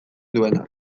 duena